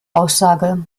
aussage